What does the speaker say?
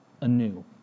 anew